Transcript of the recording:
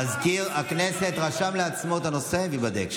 מזכיר הכנסת רשם לעצמו את הנושא, וייבדק.